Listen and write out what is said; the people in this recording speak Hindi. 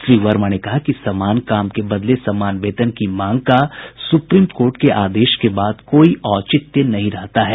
श्री वर्मा ने कहा कि समान काम के बदले समान वेतन की मांग का सुप्रीम कोर्ट के आदेश के बाद कोई औचित्य नहीं रहता है